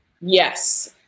Yes